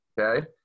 Okay